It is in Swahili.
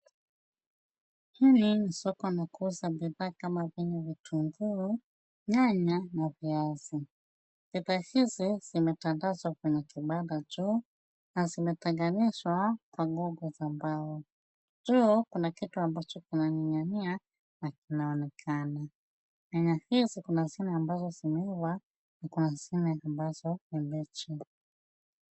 Hili ni soko la kuuza bidhaa kama vile vitunguu, nyanya na viazi. Bidhaa hizi zimetandazwa kwenye kibanda juu na zimetenganishwa kwa gogo za mbao. Juu kuna kitu ambacho kimening'inia na kinaonekana. Nyanya hizi kuna zile ambazo zimeiva na kuna zile ambazo ni mbichi.